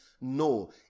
No